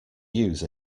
use